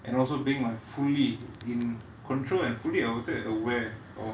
and also being like fully in control and fully I would say aware of